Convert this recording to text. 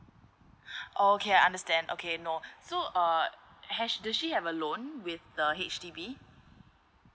okay I understand okay no so uh has did she have a loan with the H_D_B